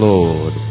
Lord